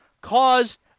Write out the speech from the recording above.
caused